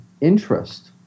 interest